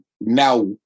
now